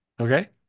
okay